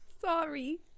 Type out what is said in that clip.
Sorry